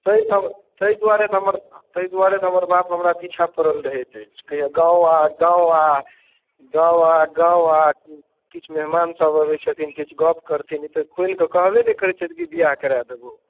तैं तऽ ताहि दुआरे तऽ हमर ताहि दुआरे तऽ हमर बाप हमरा पीछा पड़ल रहैत अछि कहैया गाँव आ गाँव आ गाँव आ गाँव आ किछु मेहमान सभ अबै छथिन किछु गप करथिन अतेक खोलि कऽ कहबे नहि करै छथि कि विवाह करा देबौ